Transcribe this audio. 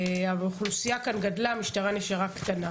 האוכלוסייה כאן גדלה, המשטרה נשארה קטנה.